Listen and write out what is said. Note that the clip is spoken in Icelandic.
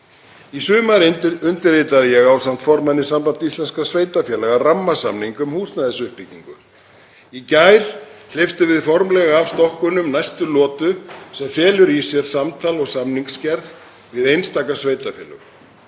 Í sumar undirritaði ég ásamt formanni Sambands íslenskra sveitarfélaga rammasamning um húsnæðisuppbyggingu. Í gær hleyptum við formlega af stokkunum næstu lotu sem felur í sér samtal og samningsgerð við einstaka sveitarfélög.